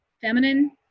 feminine